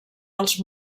els